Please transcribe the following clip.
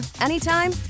anytime